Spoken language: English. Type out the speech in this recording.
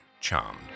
charmed